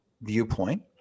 viewpoint